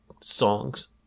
songs